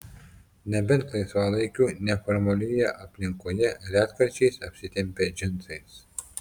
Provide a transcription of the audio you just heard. nebent laisvalaikiu neformalioje aplinkoje retkarčiais apsitempia džinsais